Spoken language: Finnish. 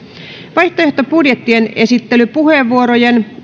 vaihtoehtobudjettien esittelypuheenvuorojen